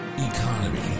economy